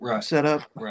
setup